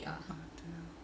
oh damn